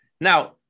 Now